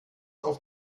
auf